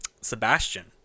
Sebastian